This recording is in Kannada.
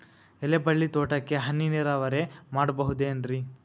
ಎಲೆಬಳ್ಳಿ ತೋಟಕ್ಕೆ ಹನಿ ನೇರಾವರಿ ಮಾಡಬಹುದೇನ್ ರಿ?